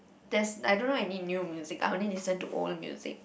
there's I don't know any new music I only listen to old music